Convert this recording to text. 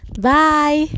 Bye